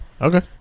Okay